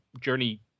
journey